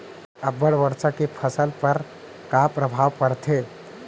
अब्बड़ वर्षा के फसल पर का प्रभाव परथे?